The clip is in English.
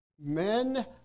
men